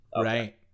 Right